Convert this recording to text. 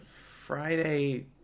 Friday